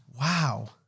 Wow